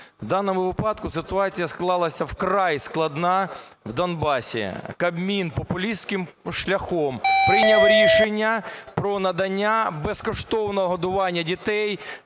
В даному випадку ситуація склалася вкрай складна в Донбасі. Кабмін популістським шляхом прийняв рішення про надання безкоштовного годування дітей,